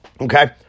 okay